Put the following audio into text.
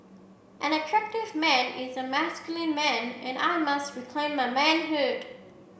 an attractive man is a masculine man and I must reclaim my manhood